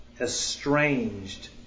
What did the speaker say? estranged